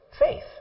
faith